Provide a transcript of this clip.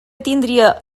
tindria